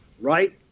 right